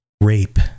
rape